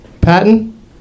Patton